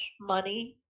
money